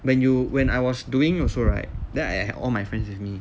when you when I was doing also right then I had all my friends with me